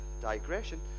digression